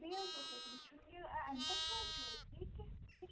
بیٚیہِ حظ اوس وُچھُن یہِ تۅہہِ ما چھُو بیٚیہِ کیٚنٛہہ